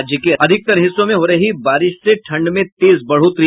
राज्य के अधिकतर हिस्सों में हो रही बारिश से ठंड में तेज बढ़ोतरी